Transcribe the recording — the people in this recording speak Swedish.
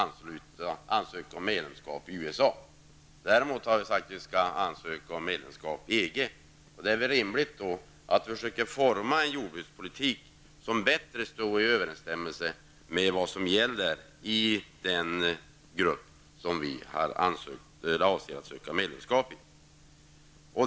Däremot skall vi inte ansluta oss till USA och ansöka om medlemskap i Mot den bakgrunden är det väl rimligt att vi försöker forma en jordbrukspolitik som bättre överensstämmer med vad som gäller i den grupp som vi avser att ansöka medlemskap i.